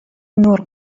نور